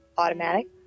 automatic